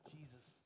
Jesus